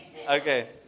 Okay